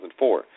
2004